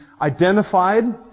identified